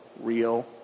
real